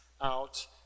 out